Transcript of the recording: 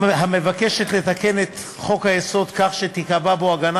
מבקשת לתקן את חוק-היסוד כך שתיקבע בו הגנה